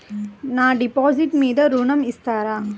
నా డిపాజిట్ మీద ఋణం ఇస్తారా?